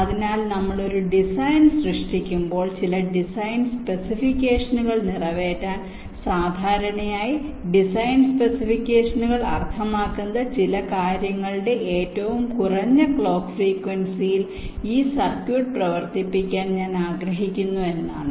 അതിനാൽ നമ്മൾ ഒരു ഡിസൈൻ സൃഷ്ടിക്കുമ്പോൾ ചില ഡിസൈൻ സ്പെസിഫിക്കേഷനുകൾ നിറവേറ്റാൻ സാധാരണയായി ഡിസൈൻ സ്പെസിഫിക്കേഷനുകൾ അർത്ഥമാക്കുന്നത് ചില കാര്യങ്ങളുടെ ഏറ്റവും കുറഞ്ഞ ക്ലോക്ക് ഫ്രീക്വൻസിയിൽ ഈ സർക്യൂട്ട് പ്രവർത്തിപ്പിക്കാൻ ഞാൻ ആഗ്രഹിക്കുന്നു എന്നാണ്